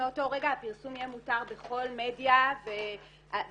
מאותו רגע הפרסום יהיה מותר בכל מדיה ובעצם